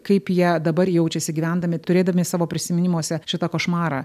kaip jie dabar jaučiasi gyvendami turėdami savo prisiminimuose šitą košmarą